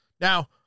Now